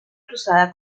cruzada